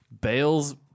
Bale's